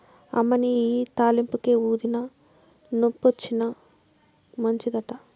అమ్మనీ ఇయ్యి తాలింపుకే, ఊదినా, నొప్పొచ్చినా మంచిదట